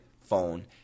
phone